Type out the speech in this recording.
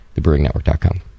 thebrewingnetwork.com